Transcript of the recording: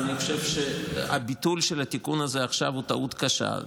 ואני חושב שהביטול של התיקון הזה עכשיו הוא טעות קשה.